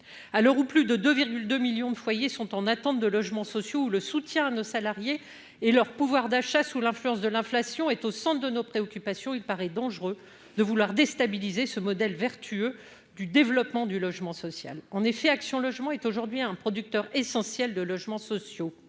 à l'heure où plus de de 2 millions de foyers sont en attente de logements sociaux, le soutien de salariés et leur pouvoir d'achat sous l'influence de l'inflation est au centre de nos préoccupations, il paraît dangereux de vouloir déstabiliser ce modèle vertueux du développement du logement social, en effet, Action logement est aujourd'hui un producteur essentiel de logements sociaux